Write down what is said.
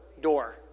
door